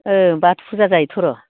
ओं बाथौ फुजा जायोथ'